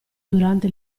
durante